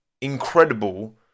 incredible